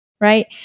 Right